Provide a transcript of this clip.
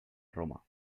roma